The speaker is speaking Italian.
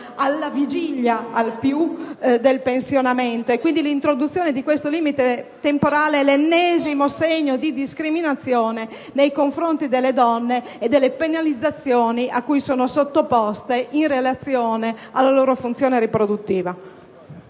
alla vigilia del pensionamento. L'introduzione di questo limite temporale è l'ennesimo segno di discriminazione nei confronti delle donne e delle penalizzazioni a cui esse sono sottoposte in relazione alla loro funzione riproduttiva.